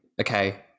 Okay